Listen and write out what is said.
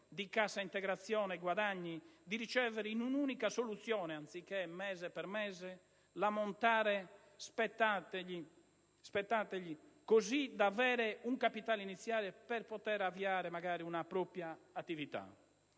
di cassa integrazione guadagni di ricevere in un'unica soluzione (anziché mese per mese) l'ammontare spettantegli, così da avere un capitale iniziale per poter magari avviare una propria attività.